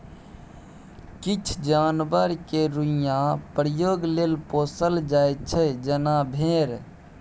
किछ जानबर केँ रोइयाँ प्रयोग लेल पोसल जाइ छै जेना भेड़